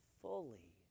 fully